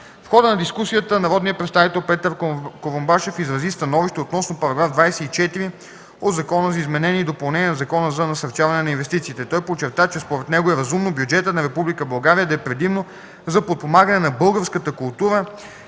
В хода на дискусията народният представител Петър Курумбашев изрази становище относно § 24 от Закона за изменение и допълнение на Закона за насърчаване на инвестициите. Той подчерта, че според него е разумно бюджетът на Република България да е предимно за подпомагане на българската култура,